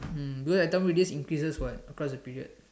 mm because that time radius increases what across the period